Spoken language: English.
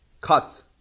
cut